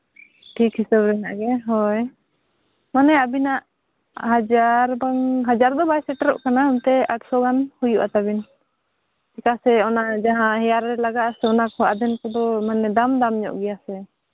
ᱴᱷᱤᱠ ᱦᱤᱥᱟᱹᱵ ᱨᱮᱱᱟᱜ ᱜᱮ ᱦᱳᱭ ᱢᱟᱱᱮ ᱟᱹᱵᱤᱱᱟᱜ ᱦᱟᱡᱟᱨ ᱵᱟᱝ ᱦᱟᱡᱟᱨ ᱫᱚ ᱵᱟᱭ ᱥᱮᱴᱮᱨᱚᱜ ᱠᱟᱱᱟ ᱮᱱᱛᱮᱜ ᱟᱴᱥᱚ ᱜᱟᱱ ᱦᱩᱭᱩᱜᱼᱟ ᱛᱟᱵᱤᱱ ᱪᱮᱫᱟᱜ ᱚᱱᱟ ᱡᱟᱦᱟᱸ ᱦᱮᱭᱟᱨ ᱨᱮ ᱞᱟᱜᱟᱜ ᱟᱛᱚ ᱚᱱᱟ ᱠᱚᱦᱚᱸ ᱟᱫᱮᱱ ᱠᱚᱫᱚ ᱢᱟᱱᱮ ᱫᱟᱢ ᱫᱟᱢ ᱧᱚᱜ ᱜᱮᱭᱟ ᱥᱮ